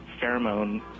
pheromone